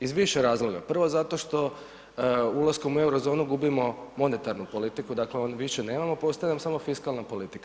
Iz više razloga, prvo zato što ulaskom u eurozonu gubimo monetarnu politiku, dakle on više nemamo pa ostaje nam samo fiskalna politika.